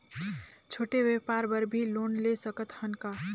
छोटे व्यापार बर भी लोन ले सकत हन का?